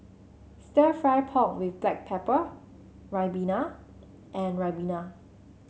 stir fry pork with Black Pepper Ribena and Ribena